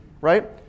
Right